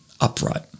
upright